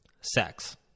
sex